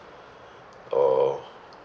or